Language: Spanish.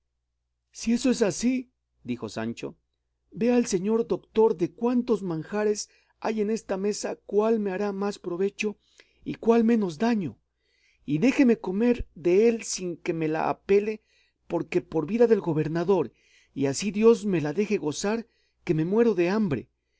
si eso es así dijo sancho vea el señor doctor de cuantos manjares hay en esta mesa cuál me hará más provecho y cuál menos daño y déjeme comer dél sin que me le apalee porque por vida del gobernador y así dios me le deje gozar que me muero de hambre